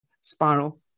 spiral